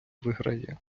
виграє